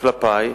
כלפי היא: